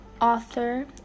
author